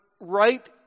right